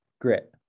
grit